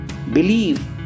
Believe